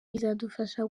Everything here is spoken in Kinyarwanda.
bizadufasha